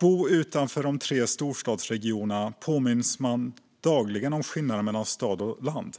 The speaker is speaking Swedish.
Bor man utanför de tre storstadsregionerna påminns man dagligen om skillnaden mellan stad och land.